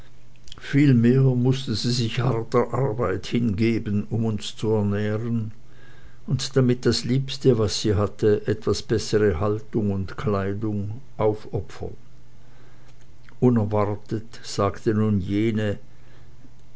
vielmehr mußte sie sich harter arbeit hingeben um uns zu ernähren und damit das liebste was sie hatte etwas bessere haltung und kleidung aufopfern unerwartet sagte nun jene